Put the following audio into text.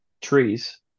Trees